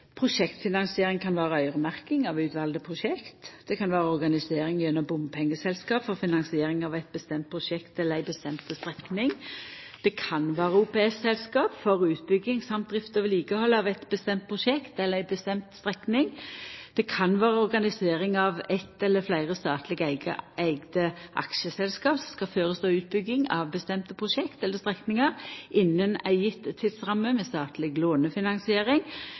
prosjektfinansiering kan vera « øremerking av utvalgte prosjekter. organisering gjennom bompengeselskap for finansiering av et bestemt prosjekt eller en bestemt strekning. OPS-selskap for utbygging, samt drift og vedlikehold av et bestemt prosjekt eller en bestemt strekning. organisering av ett eller flere statlig eide aksjeselskap som skal forestå utbygging av bestemte prosjekter eller strekninger innen en gitt tidsramme, med statlig